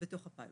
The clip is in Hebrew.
בתוך הפיילוט.